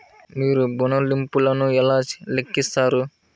మీరు ఋణ ల్లింపులను ఎలా లెక్కిస్తారు?